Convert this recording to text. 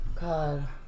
god